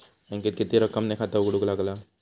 बँकेत किती रक्कम ने खाता उघडूक लागता?